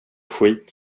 skit